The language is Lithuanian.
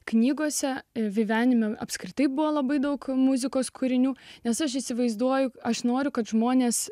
knygose ir gyvenime apskritai buvo labai daug muzikos kūrinių nes aš įsivaizduoju aš noriu kad žmonės